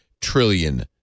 trillion